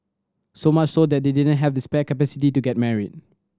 so much so that they didn't have the spare capacity to get married